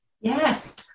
Yes